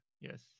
yes